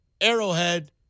Arrowhead